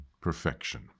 perfection